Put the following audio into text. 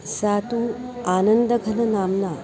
सा तु आनन्दघननाम्ना